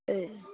অঁ